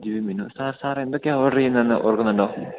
sir സാറെന്തൊക്കെയാണ് order ചെയ്തതെന്ന് ഓർക്കുന്നുണ്ടോ